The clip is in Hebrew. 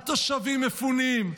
התושבים מפונים,